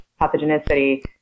pathogenicity